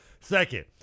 second